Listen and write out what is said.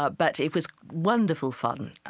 but but it was wonderful fun.